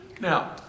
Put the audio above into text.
Now